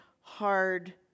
hard